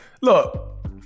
Look